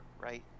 right